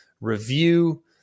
review